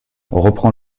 reprend